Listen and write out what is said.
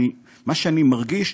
מה שאני מרגיש,